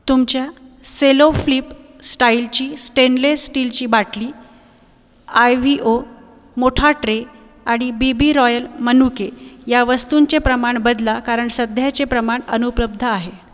तुमच्या Cello flip स्टाईलची stainless स्टीलची बाटली आयव्हीओ मोठा ट्रे आणि बीबी रॉयल मनुके या वस्तूंचे प्रमाण बदला कारण सध्याचे प्रमाण अनुपलब्ध आहे